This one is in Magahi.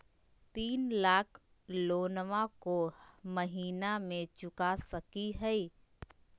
तीन लाख लोनमा को महीना मे चुका सकी हय?